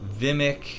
Vimic